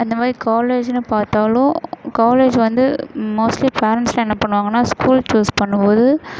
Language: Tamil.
அந்த மாதிரி காலேஜ்னு பார்த்தாலும் காலேஜ் வந்து மோஸ்ட்லி பேரெண்ட்ஸெலாம் என்ன பண்ணுவாங்கன்னா ஸ்கூல் சூஸ் பண்ணும் போது